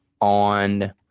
on